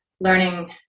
learning